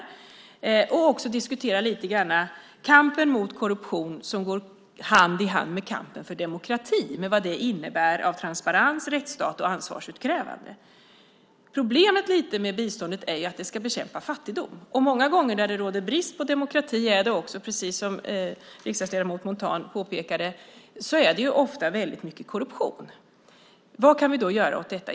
Det är också bra att vi diskuterar lite grann kampen mot korruption, som går hand i hand med kampen för demokrati, med vad det innebär av transparens, rättsstat och ansvarsutkrävande. Problemet med biståndet är ju att det ska bekämpa fattigdom, och där det råder brist på demokrati är det också, precis som riksdagsledamoten Montan påpekade, väldigt ofta mycket korruption. Vad kan vi då göra åt detta?